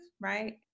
right